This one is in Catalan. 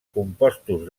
compostos